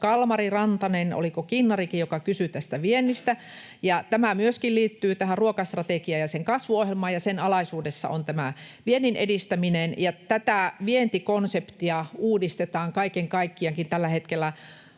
Kalmari, Rantanen, oliko Kinnarikin, kysyivät tästä viennistä, ja tämä myöskin liittyy tähän ruokastrategiaan ja sen kasvuohjelmaan. Sen alaisuudessa on tämä vienninedistäminen, ja tätä vientikonseptia uudistetaan kaiken kaikkiaankin tällä hetkellä.